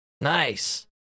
Nice